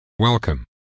Welcome